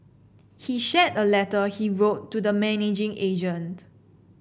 he shared a letter he wrote to the managing agent